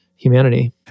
Humanity